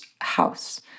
house